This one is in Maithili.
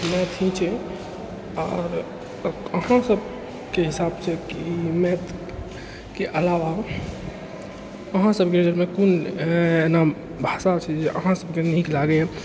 मैथिली ही छै आर अहाँ सभके हिसाबसँ कि मैथिलीके अलावा अहाँ सभके नजरिमे कुन एना भाषा छै जे अहाँ सभके नीक लागैए